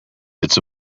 it’s